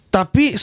Tapi